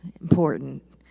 important